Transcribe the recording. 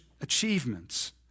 achievements